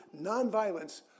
nonviolence